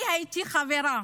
אני הייתי חברה